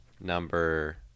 number